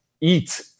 eat